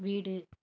வீடு